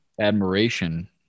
admiration